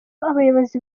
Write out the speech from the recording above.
abayobozi